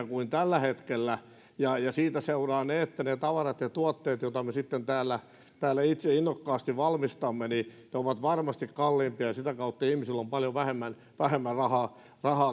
kuin tällä hetkellä ja siitä seuraa se että ne tavarat ja tuotteet joita me sitten täällä täällä itse innokkaasti valmistamme ovat varmasti kalliimpia ja sitä kautta ihmisillä on paljon vähemmän rahaa